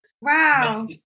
Wow